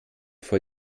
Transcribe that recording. vor